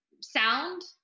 sound